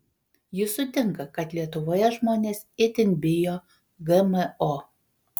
ji sutinka kad lietuvoje žmonės itin bijo gmo